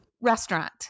restaurant